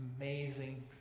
amazing